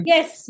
Yes